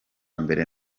mbere